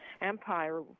Empire